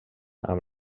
amb